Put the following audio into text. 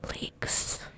Leaks